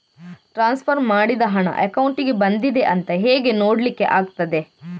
Transfer ಮಾಡಿದ ಹಣ ಅಕೌಂಟಿಗೆ ಬಂದಿದೆ ಅಂತ ಹೇಗೆ ನೋಡ್ಲಿಕ್ಕೆ ಆಗ್ತದೆ?